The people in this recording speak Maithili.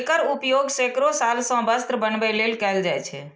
एकर उपयोग सैकड़ो साल सं वस्त्र बनबै लेल कैल जाए छै